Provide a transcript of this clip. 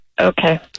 Okay